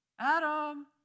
Adam